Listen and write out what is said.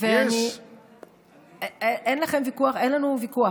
אנחנו אופוזיציה, אין לנו ויכוח.